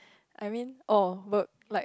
I mean orh but like